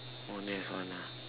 oh next one ah